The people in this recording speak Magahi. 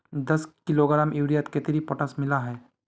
दस किलोग्राम यूरियात कतेरी पोटास मिला हाँ?